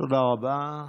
תודה רבה.